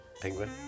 Penguin